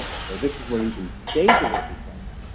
so this is where you can save the work request.